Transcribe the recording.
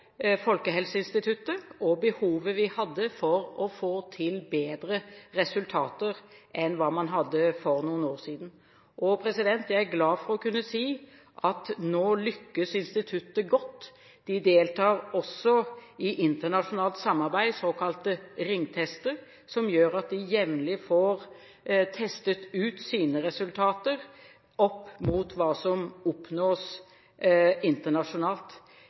Folkehelseinstituttet og på behovet vi hadde på å få til bedre resultater enn hva man hadde for noen år siden. Og jeg er glad for å kunne si at nå lykkes instituttet godt. De deltar også i internasjonalt samarbeid, såkalte ringtester, noe som gjør at de jevnlig får testet sine resultater opp mot hva som oppnås internasjonalt.